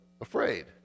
afraid